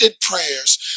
prayers